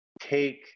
take